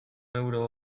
euro